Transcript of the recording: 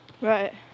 Right